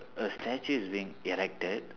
a statue is being erected